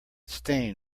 stain